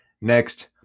Next